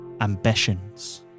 ambitions